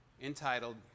entitled